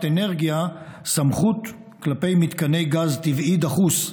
אנרגיה סמכות כלפי מתקני גז טבעי דחוס.